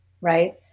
right